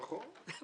נכון,